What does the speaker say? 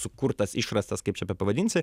sukurtas išrastas kaip čia bepavadinsi